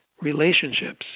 relationships